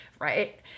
right